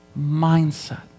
mindset